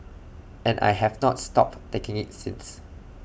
and I have not stopped taking IT since